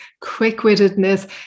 quick-wittedness